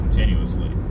Continuously